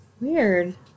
Weird